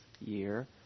year